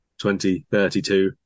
2032